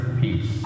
peace